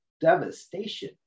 devastation